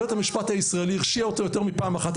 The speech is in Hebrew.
בית המשפט הישראלי הרשיע אותו יותר מפעם אחת.